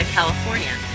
California